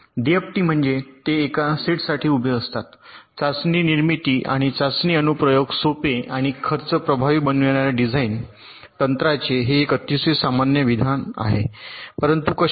DFT म्हणजे ते एका सेटसाठी उभे असतात चाचणी निर्मिती आणि चाचणी अनुप्रयोग सोपे आणि खर्च प्रभावी बनविणार्या डिझाइन तंत्राचे हे एक अतिशय सामान्य विधान आहे परंतु कसे